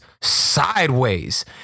sideways